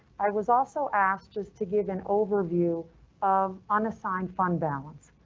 i was also asked was to give an overview of unassigned fund balance.